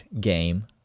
game